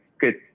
Good